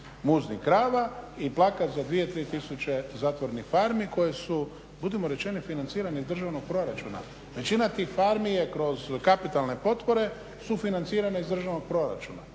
muznih krava i plakati za 2, 3 tisuće zatvorenih farmi koje su, budimo rečeni financirani iz državnog proračuna. Većina tih farmi je kroz kapitalne potpore sufinancirana iz državnog proračuna.